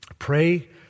Pray